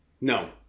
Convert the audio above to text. No